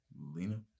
Lena